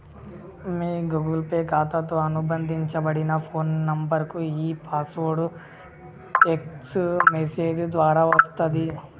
మీ Google Pay ఖాతాతో అనుబంధించబడిన phone నంబర్కు ఈ పాస్వర్డ్ టెక్ట్స్ మెసేజ్ ద్వారా వస్తది